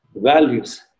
values